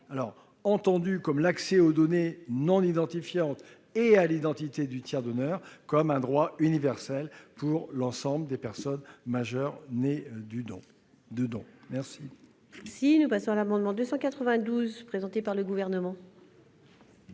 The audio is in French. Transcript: origines, entendu comme l'accès aux données non identifiantes et à l'identité du tiers donneur, comme un droit universel pour l'ensemble des personnes majeures nées d'un don. L'amendement n° 292, présenté par le Gouvernement,